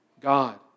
God